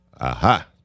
aha